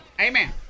Amen